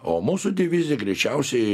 o mūsų divizija greičiausiai